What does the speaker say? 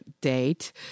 date